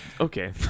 Okay